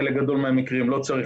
חלק גדול מהמקרים לא צריך,